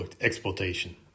exploitation